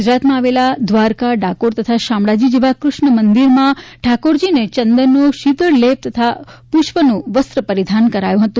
ગુજરાતમાં આવેલા દ્વારકાડાકોર તથા શામળાજી જેવા કૃષ્ણમંદિરમાં ઠાકોરજીને ચંદનનો શિતળલેપ તથા પુષ્પનું વસ્ત્ર પરિધાન કરાયું છે